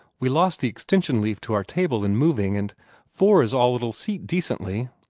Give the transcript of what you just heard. we lost the extension-leaf to our table in moving, and four is all it'll seat decently.